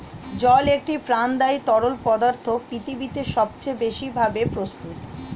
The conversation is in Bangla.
জল একটি প্রাণদায়ী তরল পদার্থ পৃথিবীতে সবচেয়ে বেশি ভাবে প্রস্তুত